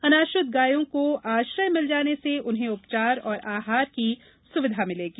अनाश्रित गायों को आश्रय मिल जाने से उन्हें उपचार और आहार की सुविधा मिलेगी